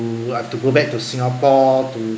I've to go back to singapore to